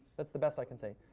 that's the best i can say.